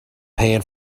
pan